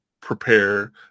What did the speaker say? prepare